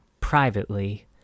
privately